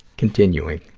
continuing.